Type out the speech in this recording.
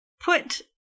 put